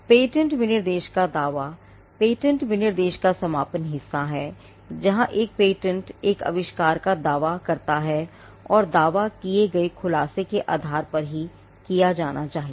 patent विनिर्देश का दावा पेटेंट विनिर्देश का समापन हिस्सा है जहां एक पेटेंट एक आविष्कार का दावा किया जाता है और दावा किए गए ख़ुलासे के आधार पर ही किया जाना चाहिए